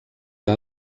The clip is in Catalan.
que